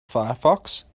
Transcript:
firefox